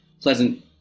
pleasant